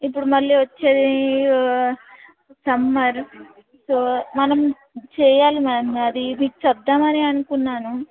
ఇప్పుడు మళ్ళీ వచ్చేది సమ్మర్ సో మనం చెయ్యాలి మ్యామ్ అది మీకు చెప్దామని అనుకున్నాను